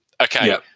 Okay